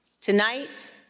Tonight